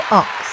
ox